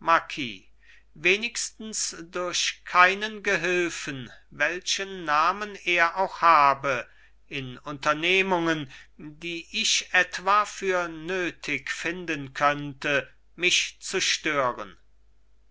marquis wenigstens durch keinen gehülfen welchen namen er auch habe in unternehmungen die ich etwa für nötig finden könnte mich zu stören